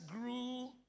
grew